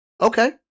Okay